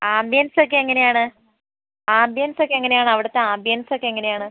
ആംബിയൻസൊക്കെ എങ്ങനെയാണ് ആംബിയൻസൊക്കെ എങ്ങനെയാണ് അവിടത്തെ ആംബിയൻസൊക്കെ എങ്ങനെയാണ്